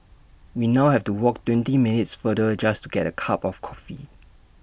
we now have to walk twenty minutes farther just to get A cup of coffee